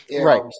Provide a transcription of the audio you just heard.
Right